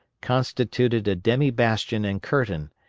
constituted a demi-bastion and curtain,